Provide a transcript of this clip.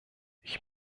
ich